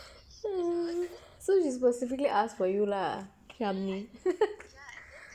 so she specifically ask for you lah